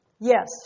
Yes